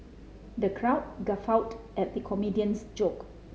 the crowd guffawed at the comedian's joke